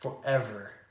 forever